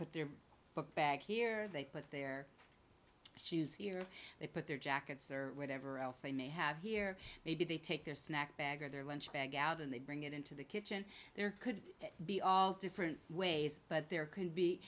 put their book bag here they put their shoes they put their jackets or whatever else they may have here maybe they take their snack bag or their lunch bag out and they bring it into the kitchen there could be different ways but there can be